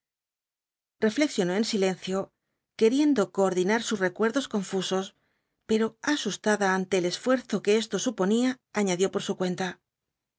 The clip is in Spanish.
reflexionó en silencio queriendo coordinar sus recuerdos confusos pero asustada ante el esfuerzo que esto suponía añadió por su cuenta